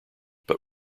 but